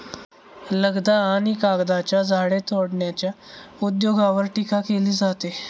लगदा आणि कागदाच्या झाडे तोडण्याच्या उद्योगावर टीका केली जाते